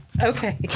Okay